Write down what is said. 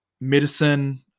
medicine